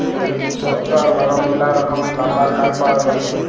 শক্ত আর লরম ম্যালা রকমের লাম্বার কাঠ পাউয়া যায়